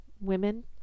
women